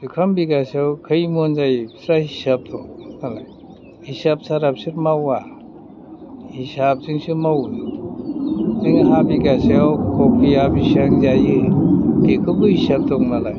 जुखाम बिगासेयाव खै मोन जायो बिसोरहा हिसाब दं मालाय हिसाब सारा बिसोर मावा हिसाबजोंसो मावो जोंहा बिगासेयाव बिगा बेसेबां जायो बेखौबो हिसाब दं नालाय